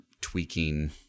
tweaking